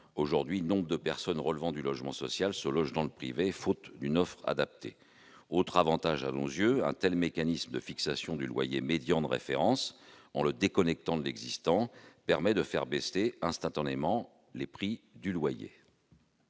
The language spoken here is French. pleinement, nombre de personnes relevant du logement social se logeant aujourd'hui dans le privé, faute d'une offre adaptée. Autre avantage à nos yeux, un tel mécanisme de fixation du loyer médian de référence, en le déconnectant de l'existant, permet de faire baisser instantanément les prix du loyer.